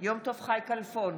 יום טוב חי כלפון,